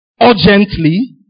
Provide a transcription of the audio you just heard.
urgently